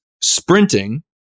sprinting